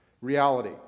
Reality